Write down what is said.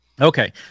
Okay